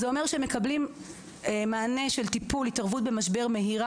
זה אומר שהם מקבלים מענה של טיפול התערבות במשבר מהירה,